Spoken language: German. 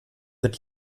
wird